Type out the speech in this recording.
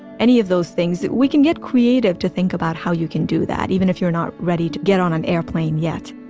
any of those things, we can get creative to think about how you can do that even if you're not ready to get on an airplane yet